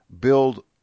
build